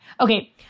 Okay